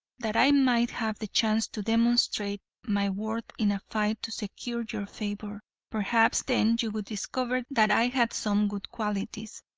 that i might have the chance to demonstrate my worth in a fight to secure your favor perhaps, then, you would discover that i had some good qualities.